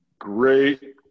Great